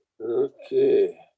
Okay